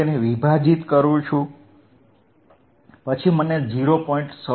હું તેને વિભાજીત કરું છું પછી મને 0